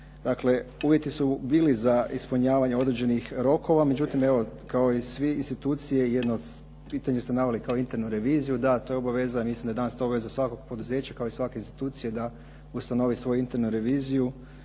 Dakle, uvjeti su bili za ispunjavanje određenih rokova, međutim evo kao i sve institucije jedno pitanje se naveli kao internu reviziju. Da, to je obaveza, mislim da je danas to obaveza svakog poduzeća, kao i svake institucije da ustanovi svoju internu reviziju.